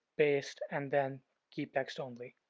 paste, and then keep text only.